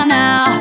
now